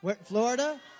Florida